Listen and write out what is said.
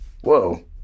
Whoa